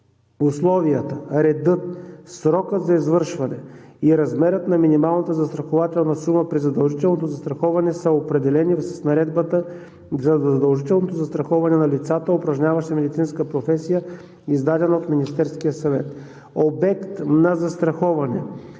Условията, редът, срокът за извършване и размерът на минималната застрахователна сума при задължителното застраховане са определени с Наредбата за задължителното застраховане на лицата, упражняващи медицинска професия, издадена от Министерския съвет. Обект на застраховане